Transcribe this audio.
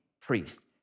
priest